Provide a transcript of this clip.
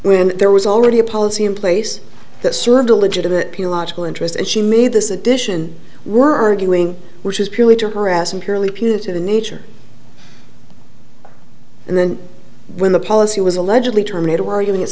when there was already a policy in place that served a legitimate logical interest and she made this addition were arguing which is purely to harass and purely punitive nature and then when the policy was allegedly terminated or arguing it